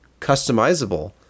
customizable